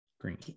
Green